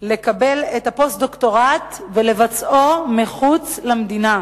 לקבל את הפוסט-דוקטורט ולבצעו מחוץ למדינה.